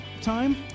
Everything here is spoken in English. Time